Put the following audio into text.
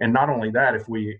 and not only that if we